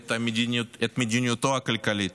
ואת מדיניותו הכלכלית,